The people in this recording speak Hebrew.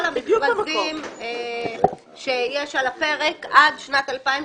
היא פשרה שתחול על כל מה שיש על הפרק עד שנת 2030